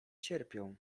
cierpią